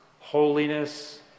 Holiness